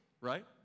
right